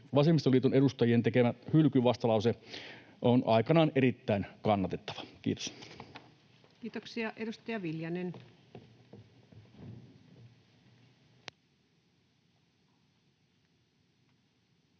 vasemmistoliiton edustajien hylkyvastalause on aikanaan erittäin kannatettava. — Kiitos. Kiitoksia. — Edustaja Viljanen. Arvoisa